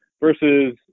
versus